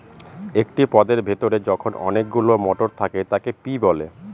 একটি পদের ভেতরে যখন অনেকগুলো মটর থাকে তাকে পি বলে